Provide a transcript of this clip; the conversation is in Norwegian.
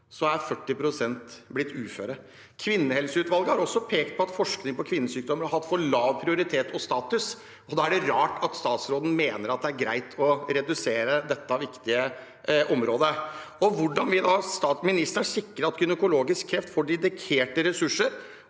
er 40 pst. blitt uføre. Kvinnehelseutvalget har også pekt på at forskning på kvinnesykdommer har hatt for lav prioritet og status. Da er det rart at statsråden mener det er greit å redusere dette viktige området. Hvordan vil statsråden sikre at gynekologisk kreft får dedikerte ressurser